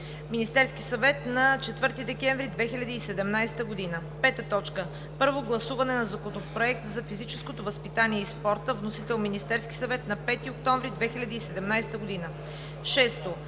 Министерският съвет на 4 декември 2017 г. 5. Първо гласуване на Законопроекта за физическото възпитание и спорта. Вносител – Министерският съвет, на 5 октомври 2017 г. 6.